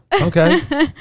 okay